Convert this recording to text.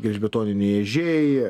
gelžbetoniniai ežiai